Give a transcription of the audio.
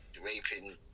raping